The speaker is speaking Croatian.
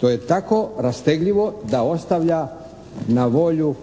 To je tako rastegljivo da ostavlja na volju